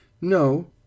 No